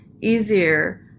easier